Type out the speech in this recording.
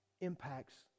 impacts